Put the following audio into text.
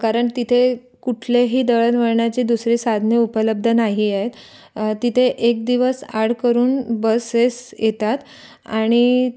कारण तिथे कुठलेही दळणवळणाची दुसरे साधने उपलब्ध नाही आहेत तिथे एक दिवस आड करून बसेस येतात आणि